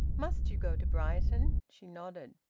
must you go to brighton? she nodded.